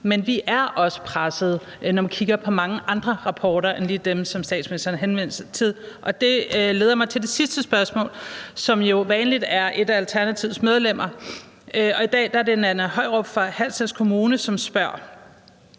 Men vi er også pressede, kan man se, når man kigger på mange andre rapporter end lige dem, som statsministeren henviser til. Og det leder mig til det sidste spørgsmål, der jo som vanligt er stillet af et af Alternativets medlemmer, og i dag er det Nanna Høyrup fra Halsnæs Kommune, der spørger: